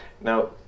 Now